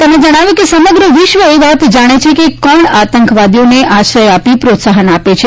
તેમણે જણાવ્યું હતું કે સમગ્ર વિશ્વ એ વાત જાણે છે કે કોણ આતંકવાદીઓને આશ્રય આપી પ્રોત્સાહન આપે છે